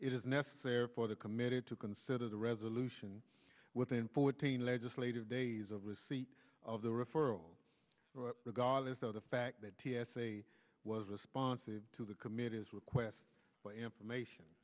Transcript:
is necessary for the committed to consider the resolution within fourteen legislative days of receipt of the referral regardless of the fact that t s a was responsive to the committee's request for information